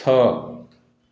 ଛଅ